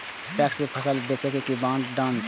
PACS में फसल बेचे के कि मापदंड छै?